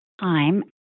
time